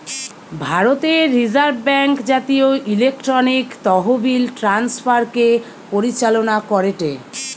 ভারতের reserve bank জাতীয় electronic তহবিল ট্রান্সফার কে পরিচালনা করেটে